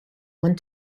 want